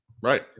Right